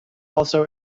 also